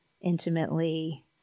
intimately